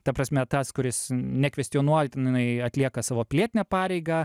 ta prasme tas kuris nekvestionuotinai atlieka savo pilietinę pareigą